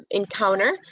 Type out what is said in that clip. encounter